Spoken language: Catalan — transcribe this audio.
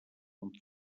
amb